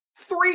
three